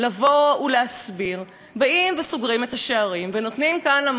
באים וסוגרים את השערים ונותנים כאן למועצות הדתיות כוח,